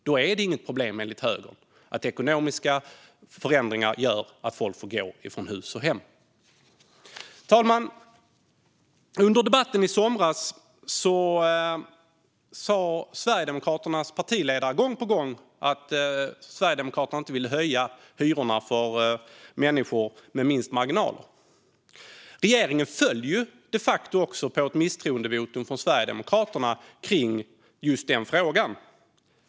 Då är det enligt högern inget problem att ekonomiska förändringar gör att folk får gå från hus och hem. Fru talman! Under debatten i somras sa Sverigedemokraternas partiledare gång på gång att Sverigedemokraterna inte ville höja hyrorna för människorna med minst marginaler. Regeringen föll också de facto efter ett misstroendevotum från Sverigedemokraterna gällande just den frågan.